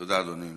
תודה, אדוני.